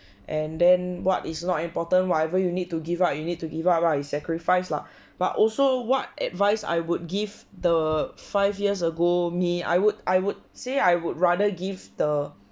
and then what is not important whatever you need to give up you need to give up ah you sacrifice lah but also what advice I would give the five years ago me I would I would say I would rather gives the